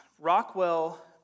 Rockwell